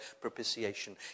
propitiation